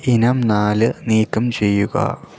ഇനം നാല് നീക്കം ചെയ്യുക